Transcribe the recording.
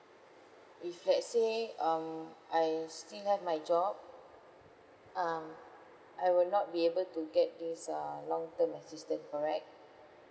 if let's say um I still have my job um I will not be able to get this uh long assistance correct